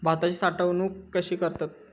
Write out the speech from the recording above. भाताची साठवूनक कशी करतत?